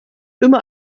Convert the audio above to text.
immer